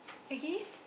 okay